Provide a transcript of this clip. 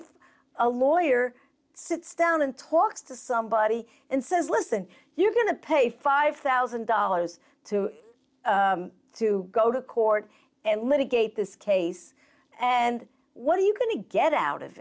if a lawyer sits down and talks to somebody and says listen you're going to pay five thousand dollars to to go to court and litigate this case and what are you going to get out of